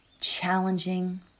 challenging